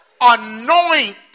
anoint